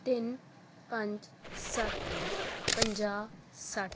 ਤਿੰਨ ਪੰਜ ਸੱਤ ਪੰਜਾਹ ਸੱਠ